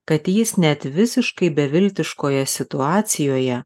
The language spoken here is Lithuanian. kad jis net visiškai beviltiškoje situacijoje